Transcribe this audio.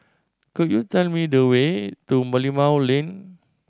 could you tell me the way to Merlimau Lane